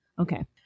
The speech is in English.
okay